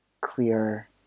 clear